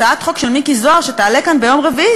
הצעת חוק של מיקי זוהר שתעלה כאן ביום רביעי,